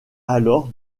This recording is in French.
alors